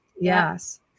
Yes